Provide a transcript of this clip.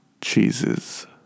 cheeses